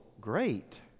great